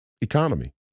economy